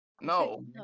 No